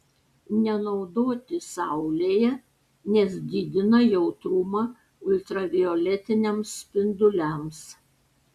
nenaudoti saulėje nes didina jautrumą ultravioletiniams spinduliams